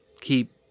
Keep